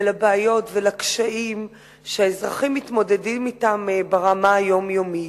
לבעיות ולקשיים שהאזרחים מתמודדים אתם ברמה היומיומית,